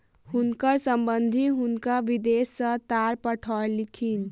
हुनकर संबंधि हुनका विदेश सॅ तार पठौलखिन